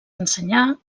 ensenyar